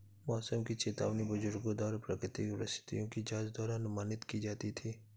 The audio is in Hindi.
मौसम की चेतावनी बुजुर्गों द्वारा प्राकृतिक परिस्थिति की जांच द्वारा अनुमानित की जाती थी